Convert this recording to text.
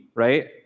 right